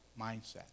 mindset